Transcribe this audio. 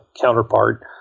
counterpart